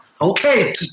Okay